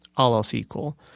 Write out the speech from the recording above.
all else equal.